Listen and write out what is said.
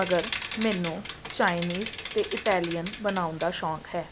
ਮਗਰ ਮੈਨੂੰ ਚਾਈਨੀਜ਼ ਅਤੇ ਇਟੈਲੀਅਨ ਬਣਾਉਣ ਦਾ ਸ਼ੌਂਕ ਹੈ